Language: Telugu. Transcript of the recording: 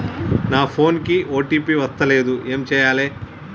నా ఫోన్ కి ఓ.టీ.పి వస్తలేదు ఏం చేయాలే?